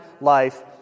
life